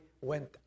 went